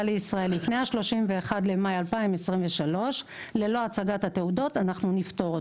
לישראל לפני 31.5.23 ללא הצגת התעודות אנו נפטור אותו.